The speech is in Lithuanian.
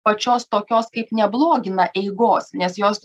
pačios tokios kaip neblogina eigos nes jos